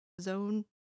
zone